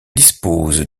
disposent